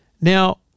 Now